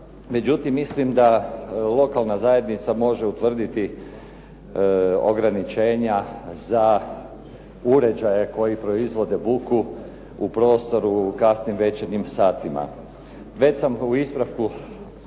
Međutim mislim da lokalna zajednica može utvrditi ograničenja za uređaje koji proizvode buku u prostoru u kasnim večernjim satima.